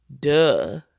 Duh